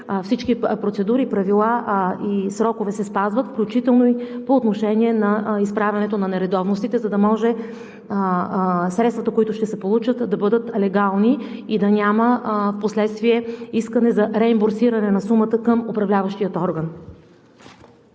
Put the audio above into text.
всички процедури, правила и срокове се спазват, включително по отношение на изправянето на нередовностите, за да може средствата, които ще се получат, да бъдат легални и да няма впоследствие искане за реимбурсиране на сумата към управляващия орган.